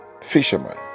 fisherman